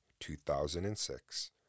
2006